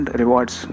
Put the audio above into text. rewards